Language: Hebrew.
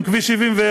עם כביש 71,